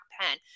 pen